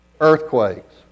earthquakes